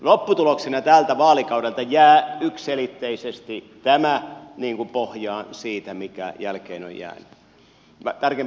lopputuloksena tältä vaalikaudelta jää yksiselitteisesti tämä pohjaan siitä mikä jälkeen on jäänyt